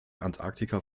antarktika